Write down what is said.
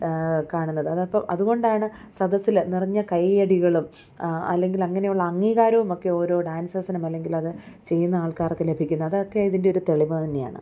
കാണുന്നത് അത് അപ്പോൾ അതുകൊണ്ടാണ് സദസ്സിൽ നിറഞ്ഞ കൈയടികളും അല്ലെങ്കിൽ അങ്ങനെയുള്ള അംഗീകാരമൊക്കെ ഓരോ ഡാൻസേഴ്സിനും അല്ലെങ്കിൽ അത് ചെയ്യുന്ന ആൾക്കാർക്ക് ലഭിക്കുന്നത് അതൊക്കെ ഇതിന്റെ ഒരു തെളിവ് തന്നെയാണ്